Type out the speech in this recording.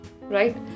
right